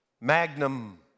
magnum